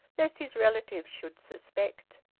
lest his relatives should suspect.